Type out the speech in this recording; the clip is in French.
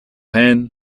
haine